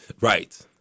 right